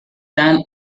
done